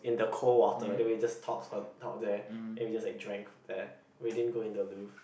in the cold water then we just talk for talk there then we just drank there we din go in the Louvre